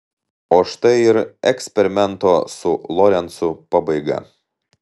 o štai ir eksperimento su lorencu pabaiga